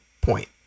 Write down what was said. point